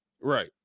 Right